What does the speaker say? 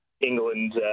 England